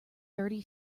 thirty